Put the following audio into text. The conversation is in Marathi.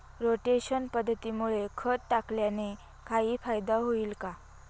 रोटेशन पद्धतीमुळे खत टाकल्याने काही फायदा होईल का?